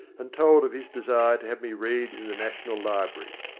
and told of his desire to have me read in the national library.